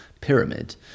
pyramid